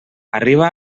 arriba